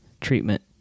treatment